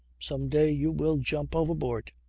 some day you will jump overboard.